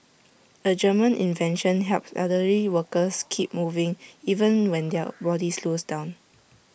A German invention helps elderly workers keep moving even when their body slows down